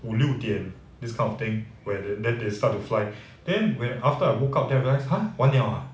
五六点 this kind of thing when then they start to fly then when after I woke up then I realise !huh! 完了啊